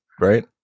Right